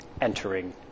entering